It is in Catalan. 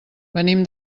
venim